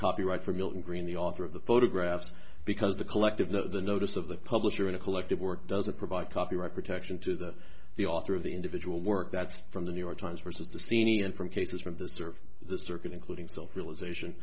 copyright for milton greene the author of the photographs because the collective the notice of the publisher in a collective work doesn't provide copyright protection to that the author of the individual work that's from the new york times versus the seanie and from cases from the serve the circuit including self realization